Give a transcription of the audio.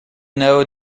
know